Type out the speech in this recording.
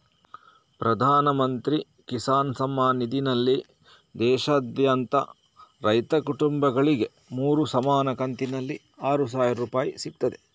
ಪ್ರಧಾನ ಮಂತ್ರಿ ಕಿಸಾನ್ ಸಮ್ಮಾನ್ ನಿಧಿನಲ್ಲಿ ದೇಶಾದ್ಯಂತ ರೈತ ಕುಟುಂಬಗಳಿಗೆ ಮೂರು ಸಮಾನ ಕಂತಿನಲ್ಲಿ ಆರು ಸಾವಿರ ರೂಪಾಯಿ ಸಿಗ್ತದೆ